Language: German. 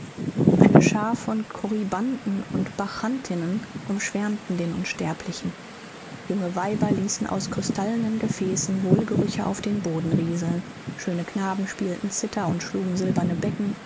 eine schar von korybanten und bacchantinnen umschwärmte den unsterblichen junge weiber ließen aus krystallenen gefäßen wohlgerüche auf den boden rieseln schöne knaben spielten cither und schlugen silberne becken